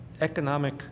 economic